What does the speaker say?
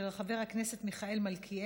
מס' 10538, של חבר הכנסת מיכאל מלכיאלי.